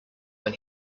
when